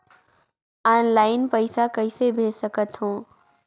Online पइसा कइसे भेज सकत हो?